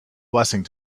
blessing